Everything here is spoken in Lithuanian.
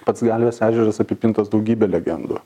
pats galvės ežeras apipintas daugybe legendų